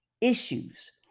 issues